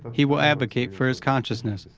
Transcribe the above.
he will advocate for his consciousness.